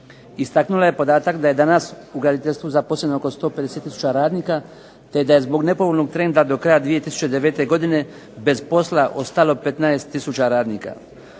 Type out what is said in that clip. Istaknula je podatak da je danas u graditeljstvu zaposleno oko 150000 radnika, te da je zbog nepovoljnog trenda do kraja 2009. godine bez posla ostalo 15000 radnika.